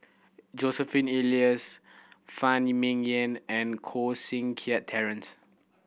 Joseph Elias Phan Ming Yen and Koh Seng Kiat Terence